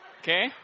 Okay